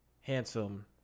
handsome